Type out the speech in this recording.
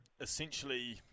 essentially